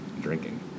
drinking